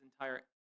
entire